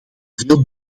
veel